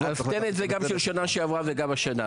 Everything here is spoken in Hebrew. --- עשיתם את זה גם בשל שנה שעברה והשנה.